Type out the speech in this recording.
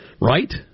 Right